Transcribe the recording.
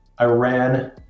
Iran